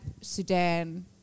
Sudan